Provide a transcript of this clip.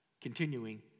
continuing